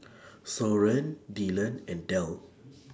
Soren Dylan and Del